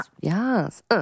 Yes